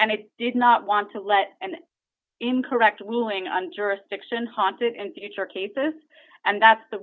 and it did not want to let an incorrect ruling on jurisdiction haunted and or cases and that's the